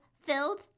filled